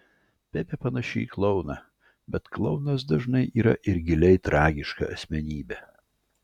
pepė panaši į klouną bet klounas dažnai yra ir giliai tragiška asmenybė